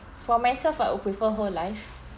for myself I would prefer whole life